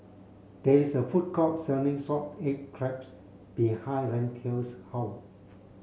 there is a food court selling salted egg crabs behind Randel's house